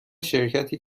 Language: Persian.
شرکتی